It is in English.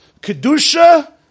Kedusha